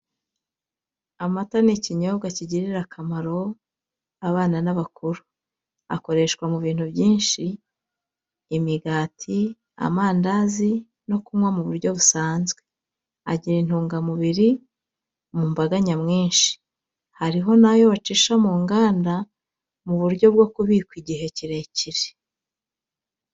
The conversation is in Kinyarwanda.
Amata ni ikinyobwa kigirira akamaro abana n'abakuru, akoreshwa mu bintu byinshi: imigati, amandazi no kunywa mu buryo busanzwe, agira intungamubiri mu mbaga nyamwinshi, hariho n'ayo bacisha mu nganda mu buryo bwo kubikwa igihe kirekire.